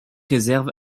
réserve